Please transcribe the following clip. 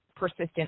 Persistent